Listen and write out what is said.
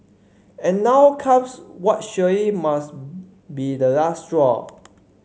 and now comes what surely must be the last straw